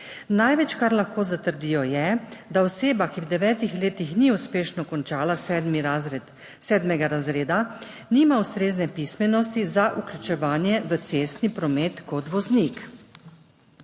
Največ, kar lahko zatrdijo, je, da oseba, ki v devetih letih ni uspešno končala sedmega razreda, nima ustrezne pismenosti za vključevanje v cestni promet kot voznik.